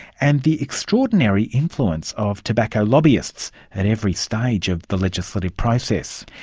and the extraordinary influence of tobacco lobbyists at every stage of the legislative process.